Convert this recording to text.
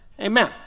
amen